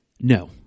No